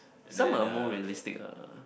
some are more realistic ah